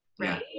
Right